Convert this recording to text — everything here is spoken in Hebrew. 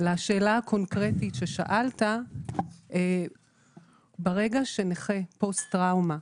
לשאלה הקונקרטית ששאלת, ברגע שנכה פוסט טראומה